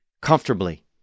comfortably